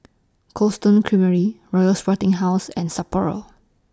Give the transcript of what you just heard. Cold Stone Creamery Royal Sporting House and Sapporo